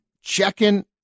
checking